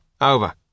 Over